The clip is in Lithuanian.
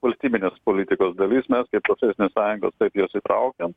valstybinės politikos dalis mes kaip profesinės sąjungos taip juos įtraukiam